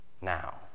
Now